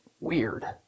weird